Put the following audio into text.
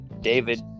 David